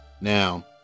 now